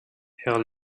herr